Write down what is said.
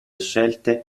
scelte